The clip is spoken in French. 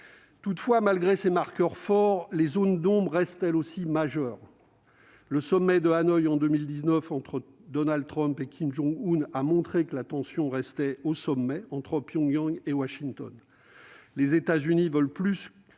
Toutefois, malgré ces marqueurs forts, les zones d'ombre restent elles aussi majeures. Le sommet de Hanoï en 2019 entre Donald Trump et Kim Jong-un a montré que la tension demeurait forte entre Pyongyang et Washington. Les États-Unis veulent plus